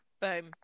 boom